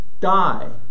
die